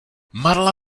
marla